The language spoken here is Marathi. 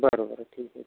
बरं बरं ठीक आहे